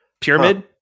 Pyramid